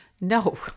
No